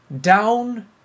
down